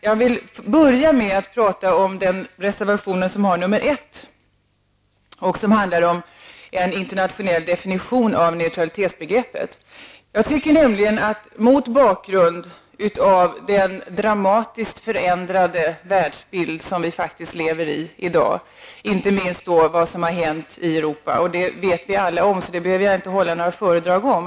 Jag vill börja med att tala om reservation 1, som handlar om en internationell definition av neutralitetsbegreppet. Det är viktigt mot bakgrund av den dramatiskt förändrade världsbild som vi faktiskt upplever i dag, inte minst vad som har hänt i Europa. Det vet vi alla om, så det behöver jag inte hålla ett föredrag om.